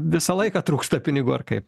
visą laiką trūksta pinigų ar kaip